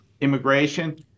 immigration